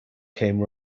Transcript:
came